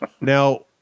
Now